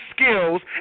skills